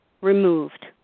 removed